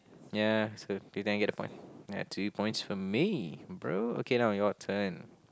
ya so do you think I get the point ya two points for me bro okay now your turn